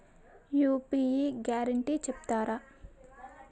UPI guarantee చెప్తారా?